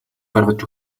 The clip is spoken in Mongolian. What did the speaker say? гаргаж